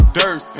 dirt